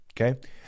okay